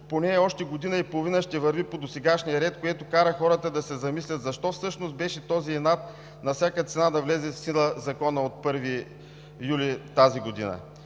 поне още година и половина ще върви по досегашния ред, което кара хората да се замислят защо всъщност беше този инат на всяка цена да влезе в сила Законът от 1 юли тази година.